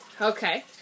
Okay